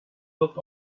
look